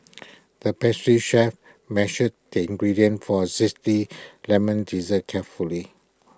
the pastry chef measured the ingredients for A Zesty Lemon Dessert carefully